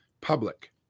public